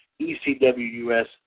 ECWUS